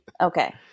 Okay